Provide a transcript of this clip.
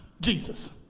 Jesus